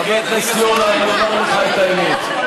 חבר הכנסת יונה, אני אומר לך את האמת: